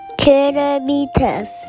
kilometers